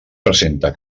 presenta